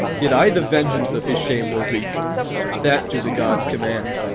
yet i the vengeance of his shame will wreak that do the gods command!